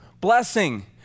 Blessing